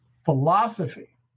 Philosophy